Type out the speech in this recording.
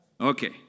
Okay